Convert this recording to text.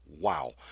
Wow